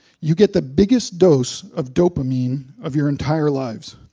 you get the biggest dose of dopamine of your entire lives.